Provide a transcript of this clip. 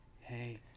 hey